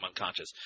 unconscious